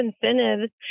incentives